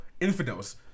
Infidels